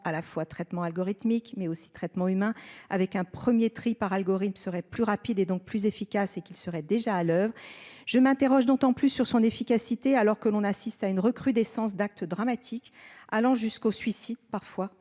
à la fois traitement algorithmique mais aussi traitement humain avec un 1er tri par algorithme serait plus rapide et donc plus efficace et qu'il serait déjà à l'heure. Je m'interroge dont en plus sur son efficacité. Alors que l'on assiste à une recrudescence d'actes dramatiques allant jusqu'au suicide, parfois